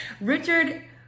Richard